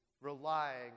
relying